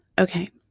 okay